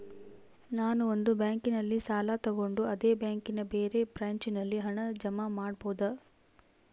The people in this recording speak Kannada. ನಾನು ಒಂದು ಬ್ಯಾಂಕಿನಲ್ಲಿ ಸಾಲ ತಗೊಂಡು ಅದೇ ಬ್ಯಾಂಕಿನ ಬೇರೆ ಬ್ರಾಂಚಿನಲ್ಲಿ ಹಣ ಜಮಾ ಮಾಡಬೋದ?